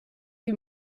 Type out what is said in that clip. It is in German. die